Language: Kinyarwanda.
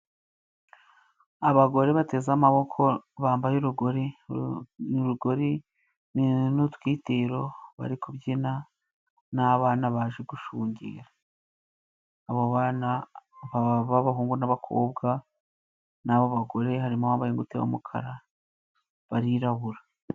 Abagore bateze amaboko bambaye urugori n'urugori n'utwitero bari kubyina n'abana baje gushungera. Abo bana abahungu, n'abakobwa, n'abo bagore harimo abambaye ingutiya y'umukara barirabura.